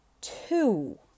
two